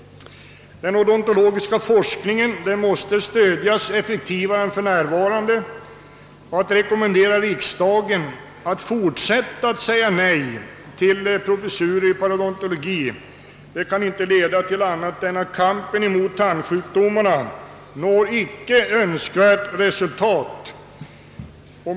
Den odontologiska forskningen måste stödjas effektivare än för närvarande. Att rekommendera riksdagen att fortsätta att säga nej till professurer i parodontologi kan inte leda till annat än att kampen mot tandsjukdomarna icke når önskvärt resultat.